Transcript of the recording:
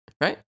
right